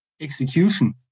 execution